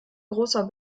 großer